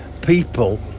People